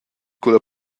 culla